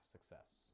success